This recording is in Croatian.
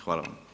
Hvala vam.